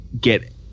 get